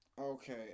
Okay